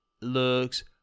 looks